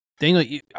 Daniel